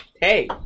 Hey